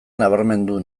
nabarmendu